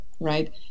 Right